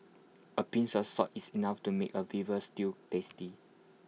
A pinch of salt is enough to make A stew tasty